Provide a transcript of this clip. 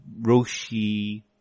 Roshi